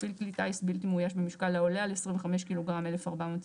מפעיל כלי טיס בלתי מאויש במשקל העולה על 25 ק"ג - 1,420.